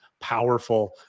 powerful